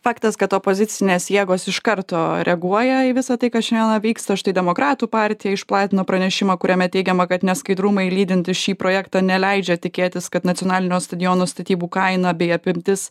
faktas kad opozicinės jėgos iš karto reaguoja į visa tai kas šiandieną vyksta štai demokratų partija išplatino pranešimą kuriame teigiama kad neskaidrumai lydintys šį projektą neleidžia tikėtis kad nacionalinio stadiono statybų kaina bei apimtis